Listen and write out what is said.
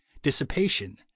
dissipation